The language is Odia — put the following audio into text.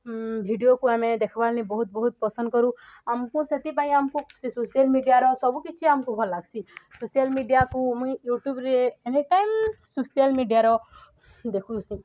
ଭିଡ଼ିଓକୁ ଆମେ ଦେଖ୍ବାର ଲାଗିଁ ବହୁତ ବହୁତ ପସନ୍ଦ କରୁ ଆମକୁ ସେଥିପାଇଁ ଆମକୁ ସେ ସୋସିଆଲ ମିଡ଼ିଆର ସବୁ କିଛି ଆମକୁ ଭଲ ଲାଗ୍ସି ସୋସିଆଲ ମିଡ଼ିଆକୁ ମୁଇଁ ୟୁଟ୍ୟୁବରେ ଏନିଟାଇମ୍ ସୋସିଆଲ ମିଡ଼ିଆର ଦେଖୁସିଁ